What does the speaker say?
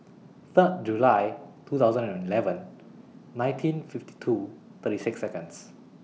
Third July two thousand and eleven nineteen fifty two thirty six Seconds